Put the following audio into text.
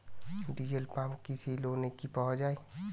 Diesel pump কৃষি লোনে কি পাওয়া য়ায়?